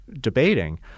debating